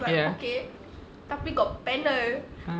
ya